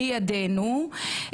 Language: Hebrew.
לידנו,